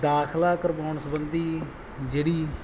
ਦਾਖਲਾ ਕਰਵਾਉਣ ਸੰਬੰਧੀ ਜਿਹੜੀ